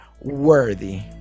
worthy